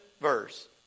verse